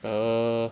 err